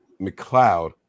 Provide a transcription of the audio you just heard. McLeod